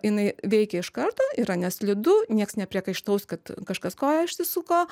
jinai veikia iš karto yra neslidu nieks nepriekaištaus kad kažkas koją išsisuko